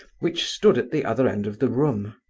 which stood at the other end of the room.